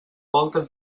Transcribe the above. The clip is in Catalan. voltes